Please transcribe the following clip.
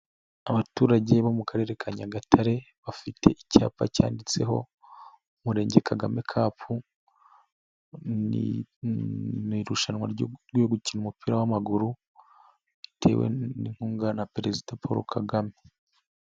Abaturage bo mu karere ka Nyagatare bafite icyapa cyanditseho umurenge kagame cup, ni irushanwa ryo gukina umupira w'amaguru ritewe n'inkunga na perezida Paul Kagame.